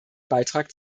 beitrag